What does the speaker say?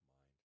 mind